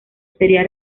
sería